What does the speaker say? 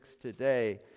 today